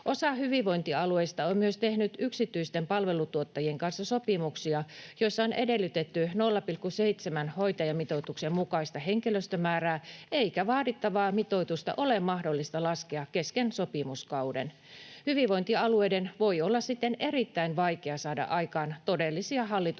Osa hyvinvointialueista on myös tehnyt yksityisten palvelutuottajien kanssa sopimuksia, joissa on edellytetty 0,7:n hoitajamitoituksen mukaista henkilöstömäärää, eikä vaadittavaa mitoitusta ole mahdollista laskea kesken sopimuskauden. Hyvinvointialueiden voi olla siten erittäin vaikea saada aikaan todellisia hallituksen